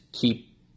keep